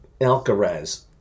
Alcaraz